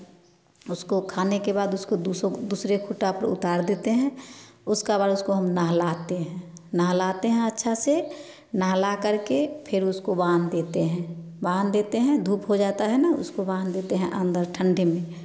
उसको खाने के बाद उसको दूसरे खूँटा पर उतार देते हैं उसका बाद उसको हम नहलाते हैं नहलाते हैं अच्छा से नहला करके फिर उसको बाँध देते हैं बाँध देते हैं धूप हो जाता है ना उसको बाँध देते हैं अंदर ठंडे में